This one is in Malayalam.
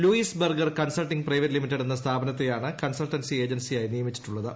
Luis Berger consulting private limited എന്ന സ്ഥാപനത്തെയാണ് കൺസൾട്ടൻസി ഏജൻസിയായി നിയമിച്ചിട്ടുള്ളത്